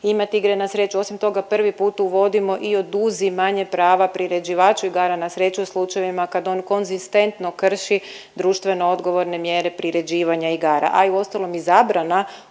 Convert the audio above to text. imat igre na sreću. Osim toga prvi put uvodimo i oduzimanje prava priređivaču igara na sreću u slučajevima kad konzistentno krši društveno odgovorne mjere priređivanja igara.